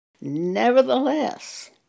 Nevertheless